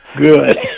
Good